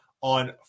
on